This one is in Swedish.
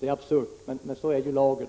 Det är absurt, men så är lagen.